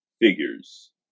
figures